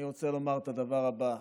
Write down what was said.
תודה רבה.